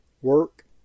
work